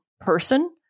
person